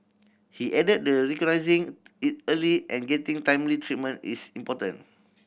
he added the recognising it early and getting timely treatment is important